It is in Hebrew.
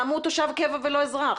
למה הוא תושב קבע ולא אזרח?